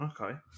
okay